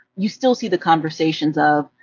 you still see the conversations of,